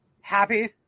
happy